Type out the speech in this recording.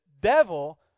devil